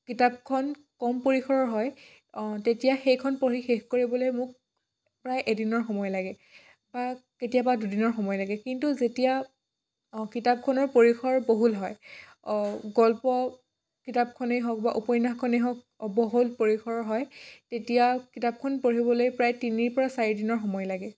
কিতাপখন কম পৰিসৰৰ হয় অঁ তেতিয়া সেইখন পঢ়ি শেষ কৰিবলৈ মোক প্ৰায় এদিনৰ সময় লাগে বা কেতিয়াবা দুদিনৰ সময় লাগে কিন্তু যেতিয়া অঁ কিতাপখনৰ পৰিসৰ বহুল হয় অঁ গল্প কিতাপখনেই হওঁক বা উপন্যাসখনেই হওঁক অঁ বহুল পৰিসৰৰ হয় তেতিয়া কিতাপখন পঢ়িবলৈ প্ৰায় তিনিৰ পৰা চাৰিদিনৰ সময় লাগে